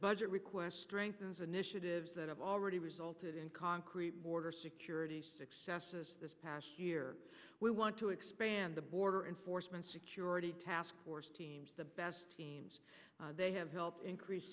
budget requests strengthens initiatives that have already resulted in concrete border security successes this past year we want to expand the border enforcement security task force teams the best teams they have helped increase